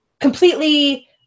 Completely